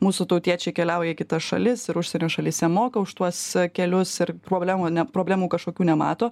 mūsų tautiečiai keliauja į kitas šalis ir užsienio šalyse moka už tuos kelius ir problemų ne problemų kažkokių nemato